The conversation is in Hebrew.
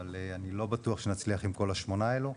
אבל אני לא בטוח שנצליח את כל השמונה האלו,